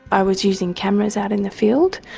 i was using cameras out in the field,